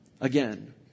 Again